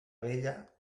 vella